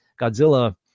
Godzilla